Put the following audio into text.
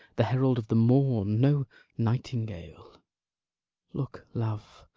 the herald of the morn, no nightingale look, love,